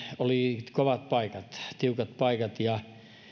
oli kovat paikat tiukat paikat ja